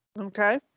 Okay